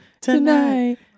tonight